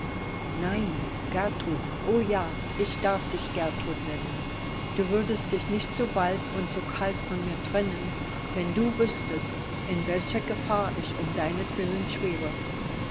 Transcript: nein gertrud o ja ich darf dich gertrud nennen du würdest dich nicht so bald und so kalt von mir trennen wenn du wüßtest in welcher gefahr ich um deinetwillen schwebe